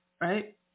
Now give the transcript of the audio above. Right